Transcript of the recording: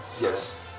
Yes